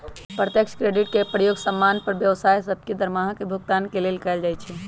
प्रत्यक्ष क्रेडिट के प्रयोग समान्य पर व्यवसाय सभके द्वारा दरमाहा के भुगतान के लेल कएल जाइ छइ